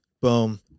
Boom